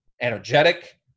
energetic